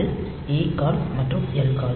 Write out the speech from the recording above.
அது acall மற்றும் lcall